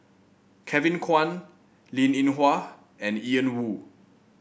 Kevin Kwan Linn In Hua and Ian Woo